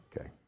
Okay